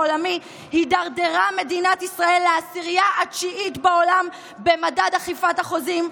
הידרדרה מדינת ישראל לעשירייה התשיעית בעולם במדד אכיפת החוזים,